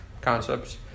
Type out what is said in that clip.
concepts